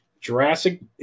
Jurassic